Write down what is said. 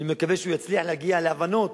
אני מקווה שהוא יצליח להגיע להבנות